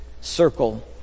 circle